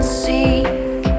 seek